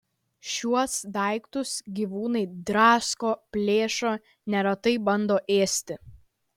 šiuos daiktus gyvūnai drasko plėšo neretai bando ėsti